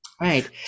Right